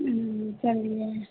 समझ गए